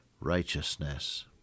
righteousness